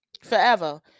Forever